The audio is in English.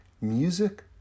Music